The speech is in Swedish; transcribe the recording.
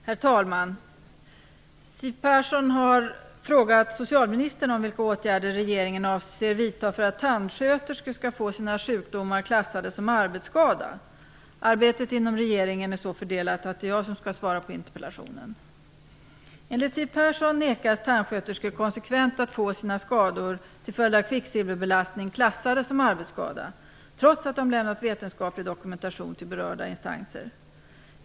Herr talman! Siw Persson har frågat socialministern om vilka åtgärder regeringen avser vidta för att tandsköterskor skall få sina sjukdomar klassade som arbetsskada. Arbetet inom regeringen är så fördelat att det är jag som skall svara på interpellationen. Enligt Siw Persson nekas tandsköterskor konsekvent att få sina skador till följd av kvicksilverbelastning klassade som arbetsskada, trots att de lämnat vetenskaplig dokumentation till berörda instanser.